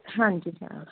ਹਾਂਜੀ ਹਾਂ